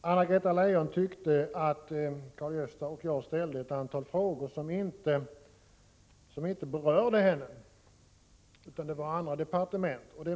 Herr talman! Anna-Greta Leijon tyckte att Karl-Gösta Svenson och jag ställde ett antal frågor som inte berörde henne och arbetsmarknadsdepartementet utan att frågorna gällde andra departement.